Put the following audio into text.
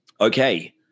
okay